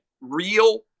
real